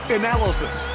analysis